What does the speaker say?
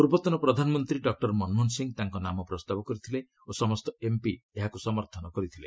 ପୂର୍ବତନ ପ୍ରଧାନମନ୍ତ୍ରୀ ଡକ୍ଟର ମନମୋହନ ସିଂ ତାଙ୍କ ନାମ ପ୍ରସ୍ତାବ କରିଥିଲେ ଓ ସମସ୍ତ ଏମ୍ପି ଏହାକୁ ସମର୍ଥନ କରିଥିଲେ